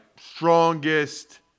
strongest